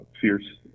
fierce